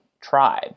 tribe